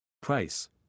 Price